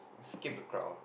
escape the crowd ah